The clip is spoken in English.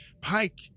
Pike